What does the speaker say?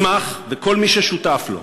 המסמך, וכל מי ששותף לו,